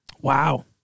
Wow